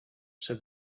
said